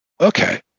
Okay